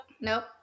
Nope